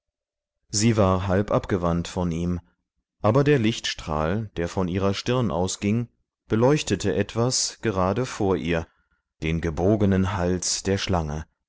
sie war halb abgewandt von ihm aber der lichtstrahl der von ihrer stirn ausging beleuchtete etwas gerade vor ihr den gebogenen hals der schlange